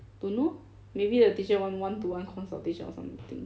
don't know maybe the teacher want one two one consultation or something